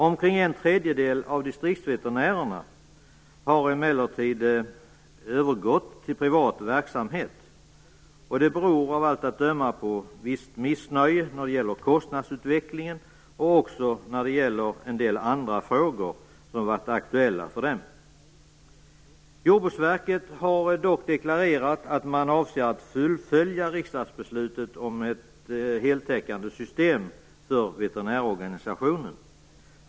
Omkring en tredjedel av distriktsveterinärerna har emellertid övergått till privat verksamhet. Det beror av allt att döma på visst missnöje när det gäller kostnadsutvecklingen och också när det gäller en del andra frågor som har varit aktuella för dem. Jordbruksverket har dock deklarerat att man avser att fullfölja riksdagsbeslutet om ett heltäckande system för veterinärorganisationen.